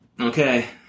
Okay